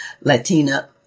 Latina